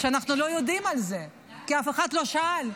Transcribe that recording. שאנחנו לא יודעים עליו כי אף אחד לא שאל,